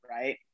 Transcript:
right